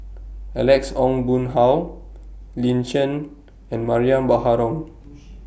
Alex Ong Boon Hau Lin Chen and Mariam Baharom